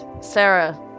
Sarah